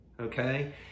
okay